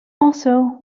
also